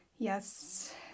Yes